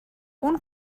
اون